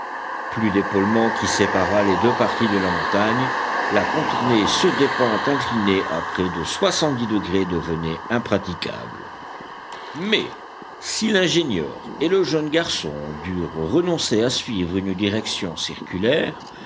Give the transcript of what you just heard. plus d'épaulement qui séparât les deux parties de la montagne la contourner sur des pentes inclinées à près de soixante-dix degrés devenait impraticable mais si l'ingénieur et le jeune garçon durent renoncer à suivre une direction circulaire